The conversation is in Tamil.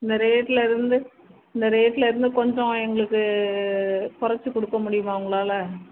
இந்த ரேட்லேருந்து இந்த ரேட்லேருந்து கொஞ்சம் எங்களுக்கு கொறைச்சி கொடுக்க முடியுமா உங்களால்